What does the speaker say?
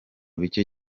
bike